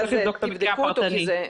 צריך לבדוק את המקרה הפרטני.